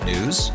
News